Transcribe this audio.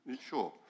sure